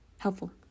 helpful